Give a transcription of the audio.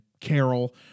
Carol